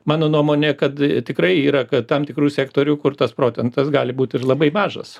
mano nuomonė kad tikrai yra tam tikrų sektorių kur tas procentas gali būt ir labai mažas